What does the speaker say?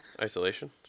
Isolation